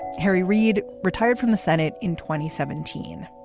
harry reid retired from the senate in twenty seventeen,